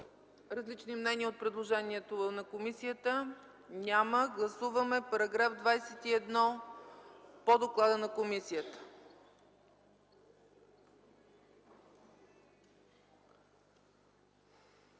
Различни мнения от предложението на комисията? Няма. Гласуваме § 21 по доклада на комисията.